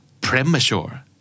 Premature